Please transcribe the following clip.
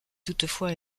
toutefois